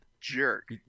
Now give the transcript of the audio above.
jerk